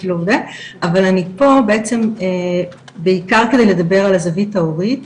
אבל אני פה בעצם בעיקר כדי לדבר על הזווית ההורית.